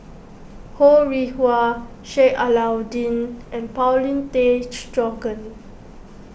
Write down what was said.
Ho Rih Hwa Sheik Alau'ddin and Paulin Tay Straughan